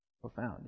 Profound